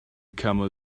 camel